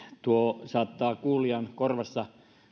tuo kokoomuksen esitys saattaa kuulijan korvassa